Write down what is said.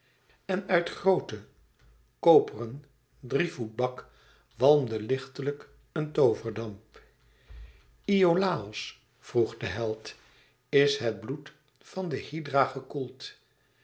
en uit grooten koperen drievoetbak walmde lichtelijk een tooverdamp iolàos vroeg de held is het bloed van de hydra gekoeld